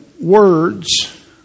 words